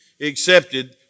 accepted